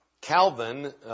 Calvin